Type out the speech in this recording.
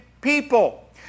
people